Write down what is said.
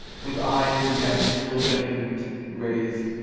with eyes in death still begging raised,